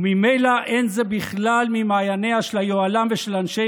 וממילא אין זה בכלל ממעייניה של היוהל"ם ושל אנשי